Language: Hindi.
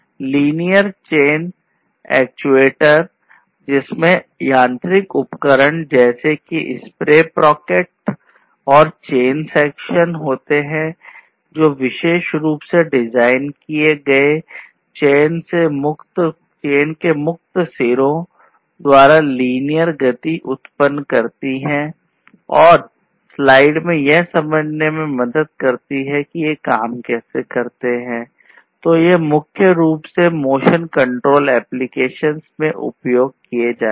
फिर आपके पास लीनियर चेन में उपयोग किया जाता है